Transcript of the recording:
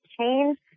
change